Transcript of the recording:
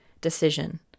decision